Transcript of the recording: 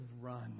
run